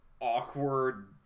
awkward